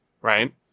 right